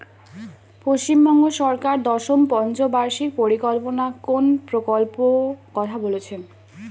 পশ্চিমবঙ্গ সরকার দশম পঞ্চ বার্ষিক পরিকল্পনা কোন প্রকল্প কথা বলেছেন?